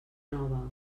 nova